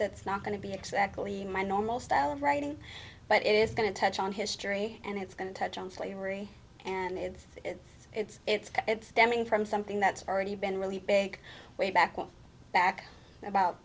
that's not going to be exactly my normal style of writing but it is going to touch on history and it's going to touch on slavery and it's it's it's stemming from something that's already been really big way back when back about